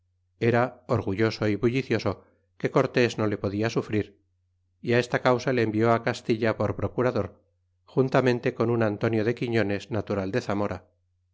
era orgulloso y bullicioso que cortés no le podía sufrir esta causa le envió castilla por procurador juntamente con un antonio de quiñones natural de zamora